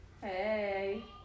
Hey